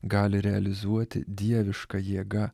gali realizuoti dieviška jėga